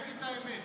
תגיד את האמת.